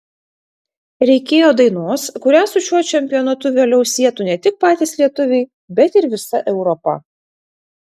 reikėjo dainos kurią su šiuo čempionatu vėliau sietų ne tik patys lietuviai bet ir visa europa